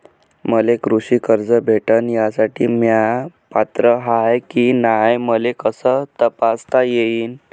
मले कृषी कर्ज भेटन यासाठी म्या पात्र हाय की नाय मले कस तपासता येईन?